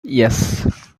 yes